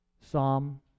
Psalm